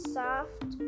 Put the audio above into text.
soft